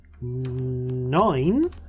nine